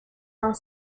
dont